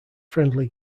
friendly